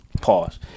Pause